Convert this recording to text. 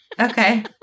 Okay